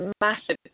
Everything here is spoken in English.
massive